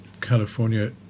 California